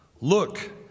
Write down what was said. Look